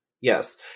Yes